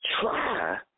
try